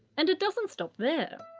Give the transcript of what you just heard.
and it doesn't stop there.